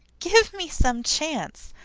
give me some chance!